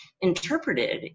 interpreted